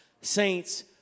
Saints